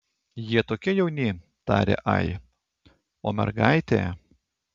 jie tokie jauni tarė ai o mergaitė